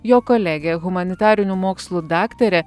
jo kolegė humanitarinių mokslų daktarė